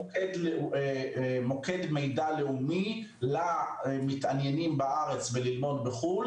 האגף הזה הוא מוקד מידע לאומי למתעניינים בארץ בלימודים בחו"ל,